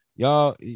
Y'all